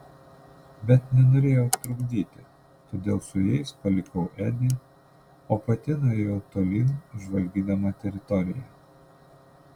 bet nenorėjau trukdyti todėl su jais palikau edį o pati nuėjau tolyn žvalgydama teritoriją